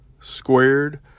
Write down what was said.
Squared